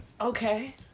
Okay